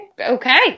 okay